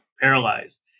Paralyzed